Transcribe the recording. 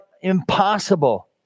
impossible